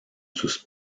sus